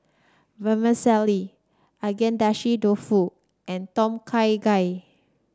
Vermicelli Agedashi Dofu and Tom Kha Gai